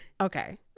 Okay